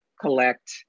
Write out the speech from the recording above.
collect